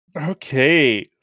Okay